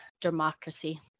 Democracy